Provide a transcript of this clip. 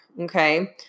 okay